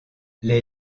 les